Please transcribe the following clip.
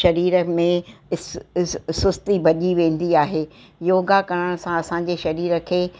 शरीर में स स सुस्ती भॼी वेंदी आहे योगा करण सां असांजे शरीर खे